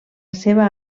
seva